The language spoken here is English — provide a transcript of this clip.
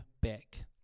back